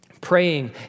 praying